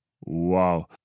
Wow